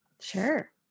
Sure